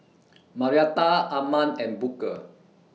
Marietta Arman and Booker